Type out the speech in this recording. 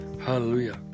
Hallelujah